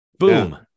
Boom